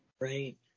Right